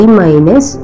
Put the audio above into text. minus